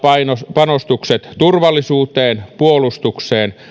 panostukset turvallisuuteen puolustukseen